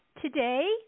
Today